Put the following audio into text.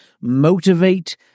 motivate